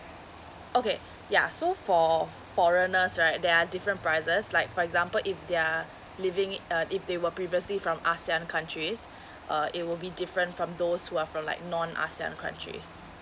okay yeah so for foreigners right there are different prices like for example if they are living uh if they were previously from asian countries uh it will be different from those who are from like non asian countries